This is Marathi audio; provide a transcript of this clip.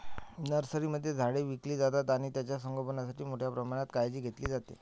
नर्सरीमध्ये झाडे विकली जातात आणि त्यांचे संगोपणासाठी मोठ्या प्रमाणात काळजी घेतली जाते